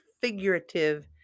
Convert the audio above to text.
figurative